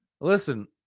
Listen